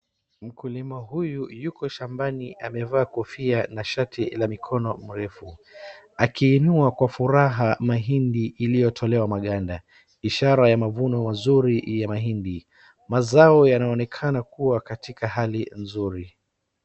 Mkulima huyu yuko shambani amevaa kofia na shati la mikono mirefu. Akiinua kwa furaha mahindi iliyotolewa maganda ishara ya mavuno mazuri ya mahindi. Mazao yanaonekana kuwa katika hali nzuri.